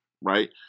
right